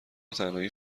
تنهایی